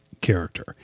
character